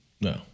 No